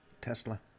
Tesla